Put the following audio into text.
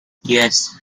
yes